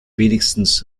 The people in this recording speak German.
wenigstens